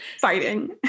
fighting